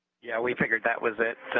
yeah, we figured that was it.